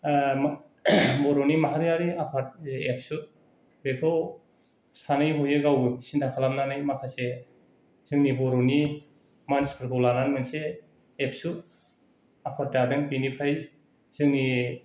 बर'नि माहारियारि आफाद जे एबसु बेखौ सानै हयै गावबो सिन्था खालामनानै माखासे जोंनि बर'नि मानसिफोरखौ लानानै मोनसे एबसु आफाद दादों बेनिफ्राय जोंनि